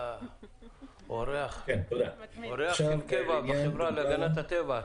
אתה אורח של קבע בחברה להגנת הטבע.